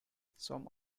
some